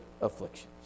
afflictions